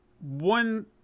One